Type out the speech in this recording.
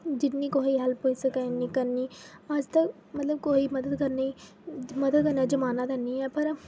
जि'न्नी कोहे दी हेल्प होई सकै उ'न्नी करनी अज्जकल मतलब कोहे ई मदद करने ई मदद करने दा ज़मान्ना ऐ निं ऐ